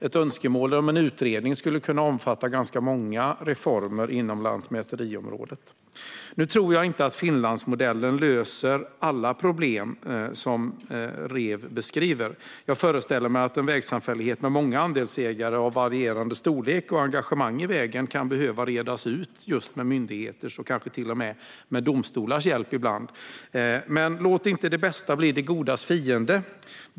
Ett önskemål om en utredning skulle kunna omfatta ganska många reformer på lantmäteriområdet. Jag tror inte att Finlandsmodellen löser alla problem som Rev beskriver. Jag föreställer mig att en vägsamfällighet med många andelsägare av varierande storlek och engagemang kan behöva redas ut med hjälp av just myndigheter och ibland kanske till och med domstolar. Men låt inte det bästa bli det godas fiende!